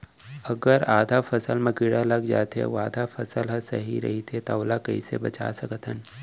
अगर आधा फसल म कीड़ा लग जाथे अऊ आधा फसल ह सही रइथे त ओला कइसे बचा सकथन?